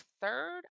third